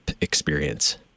experience